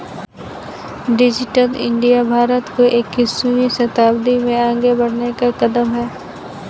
digital India Bharat को इक्कीसवें शताब्दी में आगे बढ़ने का कदम है